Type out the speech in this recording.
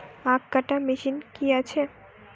আখ কাটা মেশিন কি আছে?